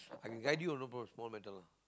I can guide you no problem small matter lah